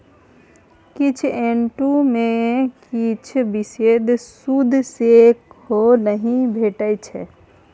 किछ एन्युटी मे किछ बिषेश सुद सेहो नहि भेटै छै